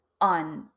on